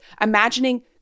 imagining